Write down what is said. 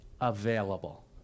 available